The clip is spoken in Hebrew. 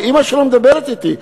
ואימא שלו מדברת אתי.